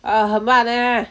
ah 很慢 eh